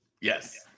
Yes